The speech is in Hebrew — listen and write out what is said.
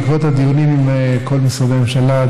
בעקבות הדיונים עם כל משרדי הממשלה,